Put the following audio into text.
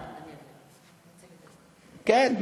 כן,